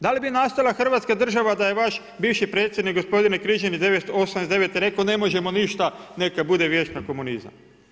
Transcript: Da li bi nastala Hrvatska država da je vaš bivši predsjednik gospodine Križani, '98., '99. rekao, ne možemo ništa, neka bude vječni komunizam?